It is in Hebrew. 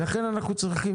לכן אנחנו צריכים,